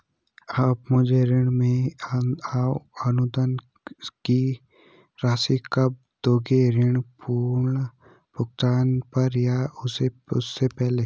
आप मुझे ऋण में अनुदान की राशि कब दोगे ऋण पूर्ण भुगतान पर या उससे पहले?